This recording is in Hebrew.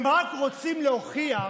הם רק רוצים להוכיח